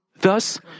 Thus